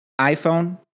iPhone